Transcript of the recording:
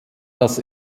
das